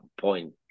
point